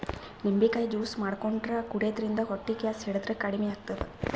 ನಿಂಬಿಕಾಯಿ ಜ್ಯೂಸ್ ಮಾಡ್ಕೊಂಡ್ ಕುಡ್ಯದ್ರಿನ್ದ ಹೊಟ್ಟಿ ಗ್ಯಾಸ್ ಹಿಡದ್ರ್ ಕಮ್ಮಿ ಆತದ್